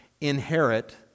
inherit